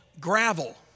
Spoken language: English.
Gravel